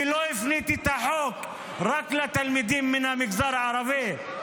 כי לא הפניתי את החוק רק לתלמידים מן המגזר הערבי.